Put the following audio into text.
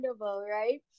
right